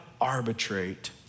arbitrate